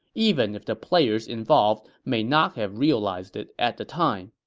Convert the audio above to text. even if the players involved may not have realized it at the time.